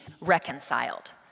reconciled